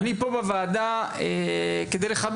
אבל אנחנו לקראת דיוני התקציב,